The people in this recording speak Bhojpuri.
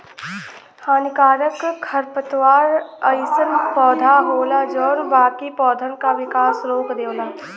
हानिकारक खरपतवार अइसन पौधा होला जौन बाकी पौधन क विकास रोक देवला